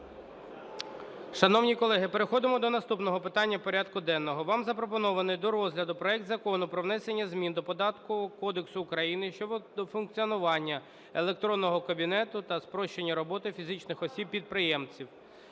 Шановні колеги, переходимо до наступного питання порядку денного. Вам запропонований до розгляду проект Закону про внесення змін до Податкового кодексу України щодо функціонування електронного кабінету та спрощення роботи фізичних осіб-підприємців.